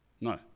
No